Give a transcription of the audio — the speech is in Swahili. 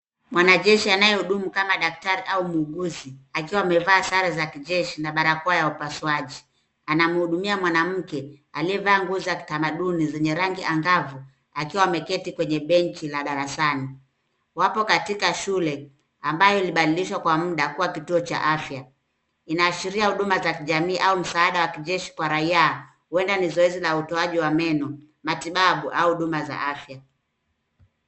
Mwanajeshi anayehudumu kama daktari au muuguzi akiwa amevaa sare za kijeshi na barakoa ya upasuaji, anamhudumia mwanamke aliyevaa nguo za kitamadhuni zenye rangi angavu akiwa ameketi kwenye benchi la darasani. Wako katika shule amabaye ilipadilishwa kwa muda kuwa kituo cha afya. Inaashiria huduma za jamii au msaada wa kijeshi kwa raia , uenda ni zoezi wa kutoa meno, matibabu au huduma za afya.